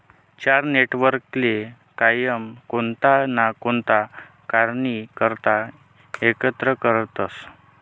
चार नेटवर्कले कायम कोणता ना कोणता कारणनी करता एकत्र करतसं